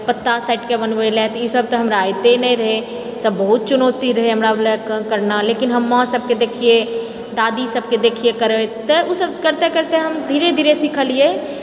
पत्ता साटिके बनबै लए तऽ ई सब तऽ हमरा आबिते नहि रहै ई सब बहुत चुनौती रहै हमरा लऽ करना लेकिन माँ सबके देखिऐ दादी सबके देखियै करैत तऽ ओ सब करिते करिते हम धीरे धीरे सिखलिऐ